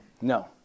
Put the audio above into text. No